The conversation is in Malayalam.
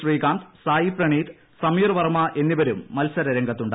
ശ്രീകാന്ത് സായ് പ്രണീത് സമീർ വർമ എന്നിവരും മത്സരരംഗത്തുണ്ട്